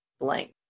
blank